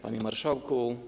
Panie Marszałku!